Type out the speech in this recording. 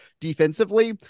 defensively